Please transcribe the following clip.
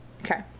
Okay